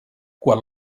quan